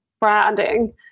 branding